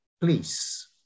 please